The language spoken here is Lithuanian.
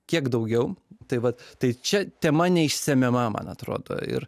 kiek daugiau tai vat tai čia tema neišsemiama man atrodo ir